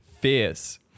fierce